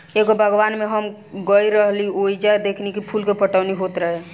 एगो बागवान में हम गइल रही ओइजा देखनी की फूल के पटवनी होत रहे